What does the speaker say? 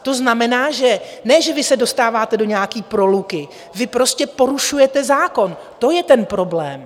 To znamená, ne že vy se dostáváte do nějaké proluky, vy prostě porušujete zákon, to je ten problém.